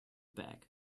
bag